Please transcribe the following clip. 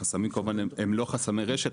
החסמים הם לא חסמי רשת,